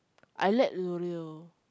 I like L'oreal